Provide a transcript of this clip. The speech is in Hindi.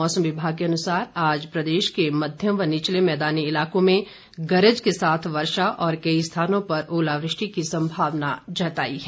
मौसम विभाग के अनुसार आज प्रदेश के मध्यम व निचले मैदानी इलाकों में गरज के साथ बारिश और कई स्थानों पर ओलावृष्टि की संभावना जताई है